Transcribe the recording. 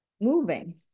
moving